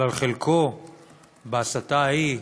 את חלקו בהסתה ההיא,